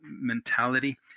mentality